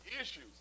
issues